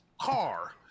car